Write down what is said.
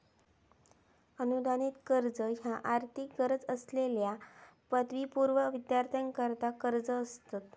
अनुदानित कर्ज ह्या आर्थिक गरज असलेल्यो पदवीपूर्व विद्यार्थ्यांकरता कर्जा असतत